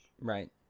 right